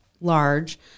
large